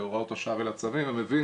להוראות השעה ולצווים ואני מבין